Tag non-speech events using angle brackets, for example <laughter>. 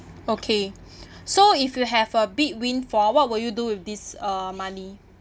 okay <breath> so if you have a big windfall what will you do with this uh money